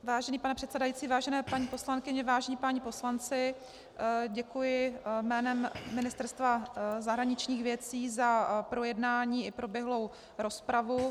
Vážený pane předsedající, vážené paní poslankyně, vážení páni poslanci, děkuji jménem Ministerstva zahraničních věcí za projednání i proběhlou rozpravu.